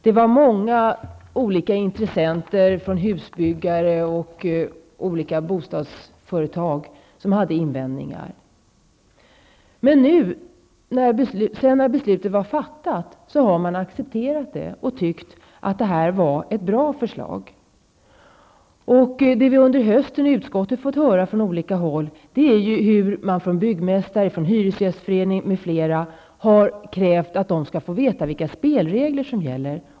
Det var många olika intressenter -- alltifrån husbyggare till olika bostadsföretag -- som hade invändningar. Men nu när beslutet är fattat har man accepterat förslaget. Nu tycker man att det är ett bra förslag. Vad vi i utskottet under hösten hört från olika håll är att krav har rests från byggmästare, hyresgästföreningar m.fl. Man vill veta vad det är för spelregler som gäller.